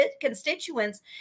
constituents